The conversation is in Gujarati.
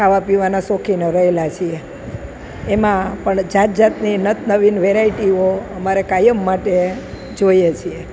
ખાવા પીવાના શોખીનો રહેલા છીએ એમાં પણ જાત જાતની નત નવીન વેરાયટીઓ અમારે કાયમ માટે જોઈએ છીએ